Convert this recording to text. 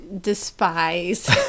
despise